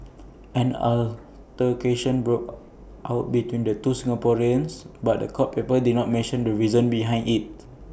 an altercation broke out between the two Singaporeans but court papers did not mention the reason behind IT